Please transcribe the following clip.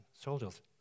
soldier's